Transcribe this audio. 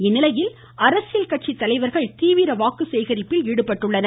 இந்நிலையில் அரசியல் கட்சி தலைவர்கள் தீவிர வாக்கு சேகரிப்பில் ஈடுபட்டுள்ளனர்